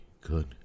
Good